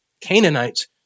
canaanites